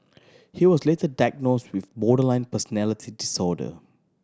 he was later diagnose with borderline personality disorder